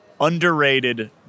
underrated